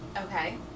Okay